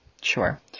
sure